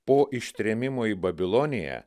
po ištrėmimo į babiloniją